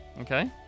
Okay